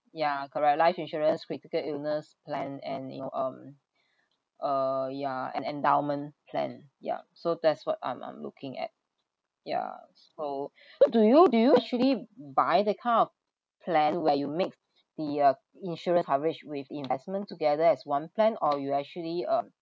ya correct life insurance critical illness plan and you know um uh yeah and endowment plan yeah so that's what I'm I'm looking at ya so what do you do you usually buy that kind of plan where you mixed the uh insurance coverage with investment together as one plan or you actually um